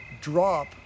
drop